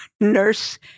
nurse